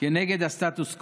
כנגד הסטטוס קוו,